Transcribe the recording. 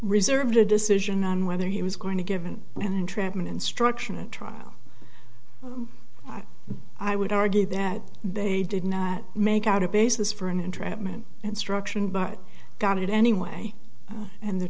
reserved a decision on whether he was going to given an entrapment instruction a trial i would argue that they did not make out a basis for an entrapment instruction but got it anyway and the